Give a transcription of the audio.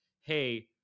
hey